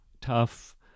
tough